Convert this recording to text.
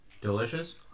Delicious